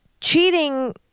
cheating